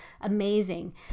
amazing